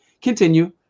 continue